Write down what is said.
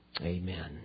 Amen